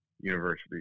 University